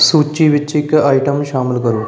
ਸੂਚੀ ਵਿੱਚ ਇੱਕ ਆਈਟਮ ਸ਼ਾਮਿਲ ਕਰੋ